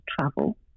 travel